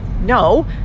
no